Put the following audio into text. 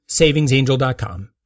savingsangel.com